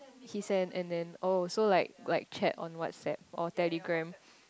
he send and then also like like chat on Whatsapp or Telegram